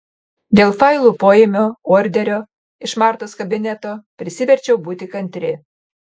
dėl failų poėmio orderio iš martos kabineto prisiverčiau būti kantri